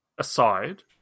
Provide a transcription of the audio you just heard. aside